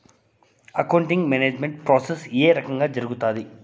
accounting management process ఏ రకంగా జరుగుతాది